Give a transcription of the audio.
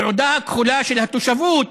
התעודה הכחולה של התושבות